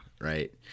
Right